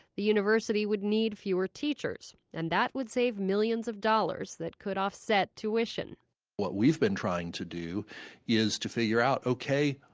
the university would need fewer teachers. and that would save millions of dollars that could offset tuition what we've been trying to do is to figure out, ok,